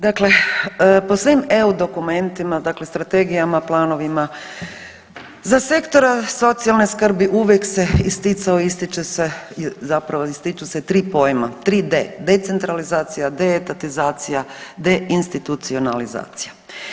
dakle po svim EU dokumentima, dakle strategijama, planovima, za sektore socijalne skrbi uvijek se isticao i ističe se, zapravo ističu se 3 pojma, 3D, decentralizacija, deetatizacija, deinstitucionalizacija.